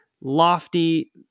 lofty